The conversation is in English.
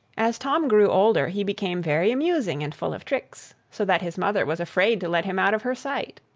as tom grew older, he became very amusing and full of tricks, so that his mother was afraid to let him out of her sight.